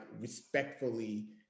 respectfully